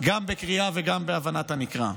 גם בקריאה וגם בהבנת הנקרא.